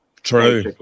True